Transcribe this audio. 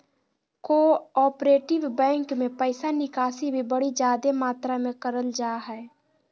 cooperative bank मे पैसा निकासी भी बड़ी जादे मात्रा मे करल जा हय